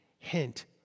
Hint